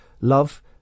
love